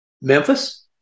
Memphis